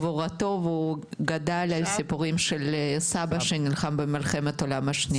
גבורתו והוא גדל על סיפורים של סבא שנלחם במלחמת העולם השנייה.